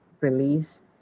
release